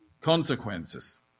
Consequences